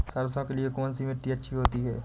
सरसो के लिए कौन सी मिट्टी अच्छी होती है?